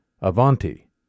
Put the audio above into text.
Avanti